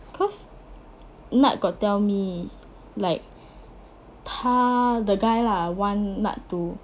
cause nad got tell me like 他 the guy lah want nad to